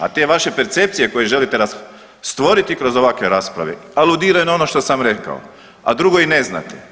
A te vaše percepcije koje želite stvoriti kroz ovakve rasprave aludiraju na ono što sam rekao, a drugo i ne znate.